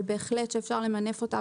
אבל בהחלט שאפשר למנף אותה.